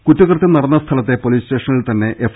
കുറ്റകൃത്യം നടന്ന സ്ഥലത്തെ പൊലീസ് സ്റ്റേഷനിൽ തന്നെ എഫ്